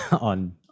on